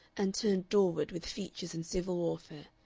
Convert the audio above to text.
and turned doorward with features in civil warfare.